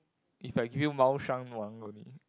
if I give you Mao-Shan-Wang only